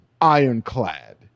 ironclad